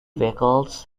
vehicles